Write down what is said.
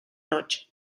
noche